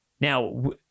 Now